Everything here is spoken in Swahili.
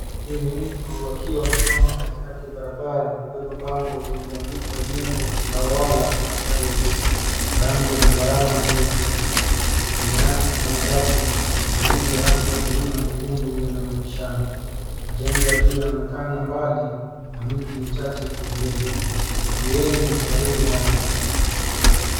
Huyu ni mtu akiwa amesimama katikati ya barabara akiwa akibeba bango lililoandikwa ENABLED ,UTAWALA, AIRWAYS kwa rangi ya zabarau na nyeupe. Nyuma yake kuna mabasi mawili ya rangi ya blue na nyekundu yanayopishana. Majengo ya juu yaonekana mbali na miti michache iko pembeni. Watu wengi wako karibu naye.